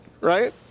right